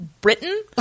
Britain